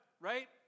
right